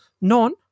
None